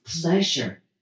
pleasure